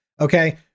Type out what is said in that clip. okay